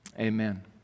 amen